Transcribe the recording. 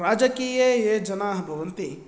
राजकीये ये जनाः भवन्ति